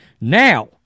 Now